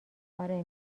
آره